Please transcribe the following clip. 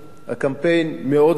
הקמפיין מאוד הצליח.